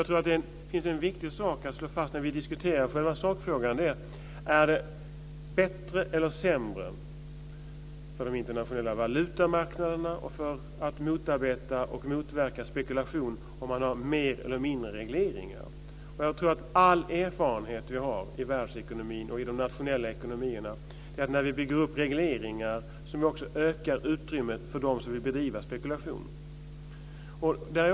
När vi diskuterar själva sakfrågan tror jag att en viktig sak att slå fast är om det är bättre eller sämre för de internationella valutamarknaderna och för att motarbeta och motverka spekulation om man har mer eller mindre regleringar. Jag tror att all erfarenhet som vi har i världsekonomin och i de nationella ekonomierna visar att när vi bygger upp regleringar så ökar också utrymmet för dem som vill bedriva spekulation.